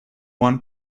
one